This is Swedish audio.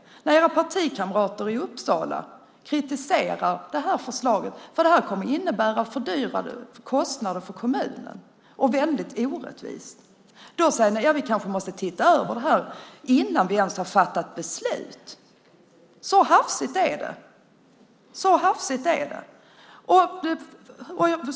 När era partikamrater i Uppsala kritiserar det här förslaget på grund av att det kommer att innebära ökade kostnader för kommunen och är väldigt orättvist säger ni: Ja, vi kanske måste titta över det här - innan vi ens har fattat beslut. Så hafsigt är det.